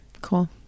cool